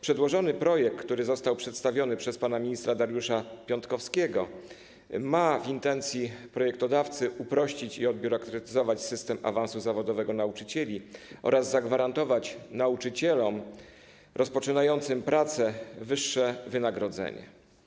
Przedłożony projekt, który został przedstawiony przez pana sekretarza stanu Dariusza Piontkowskiego, ma w intencji projektodawcy uprościć i odbiurokratyzować system awansu zawodowego nauczycieli oraz zagwarantować nauczycielom rozpoczynającym pracę wyższe wynagrodzenie.